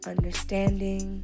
Understanding